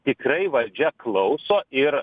tikrai valdžia klauso ir